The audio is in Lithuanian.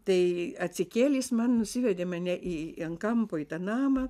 tai atsikėlė jis man nusivedė mane į ant kampo į tą namą